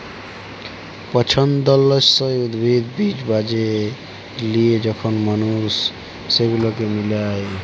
পছল্দসই উদ্ভিদ, বীজ বাছে লিয়ে যখল মালুস সেগুলাকে মিলায়